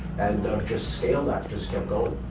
and um just scaled that, just kept going.